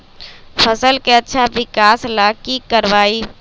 फसल के अच्छा विकास ला की करवाई?